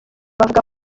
bavuga